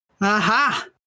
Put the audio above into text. Aha